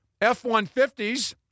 F-150s